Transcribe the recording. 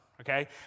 okay